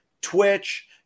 Twitch